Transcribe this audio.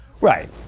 Right